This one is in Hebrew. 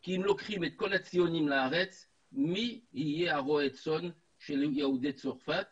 כי אם לוקחים את כל הציוניים לארץ מי יהיה רועה הצאן של יהודי צרפת